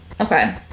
Okay